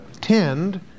tend